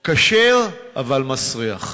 כשר, אבל מסריח.